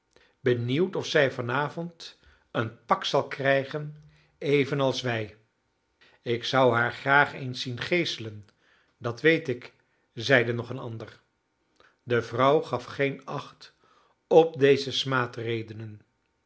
benieuwd of zij van avond een pak zal krijgen evenals wij ik zou haar graag eens zien geeselen dat weet ik zeide nog een ander de vrouw gaf geen acht op deze